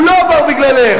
הוא לא עבר בגללך.